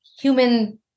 human